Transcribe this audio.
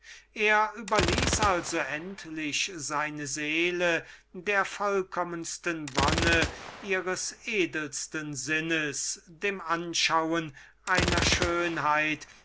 er überließ also endlich seine seele der vollkommensten wonne ihres edelsten sinnes dem anschauen einer schönheit